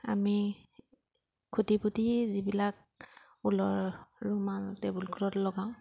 আমি খুটি পুতি যিবিলাক ঊলৰ ৰুমাল টেবুল ক্লট লগাওঁ